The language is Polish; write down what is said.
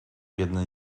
biedne